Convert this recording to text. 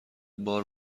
بار